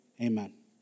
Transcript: amen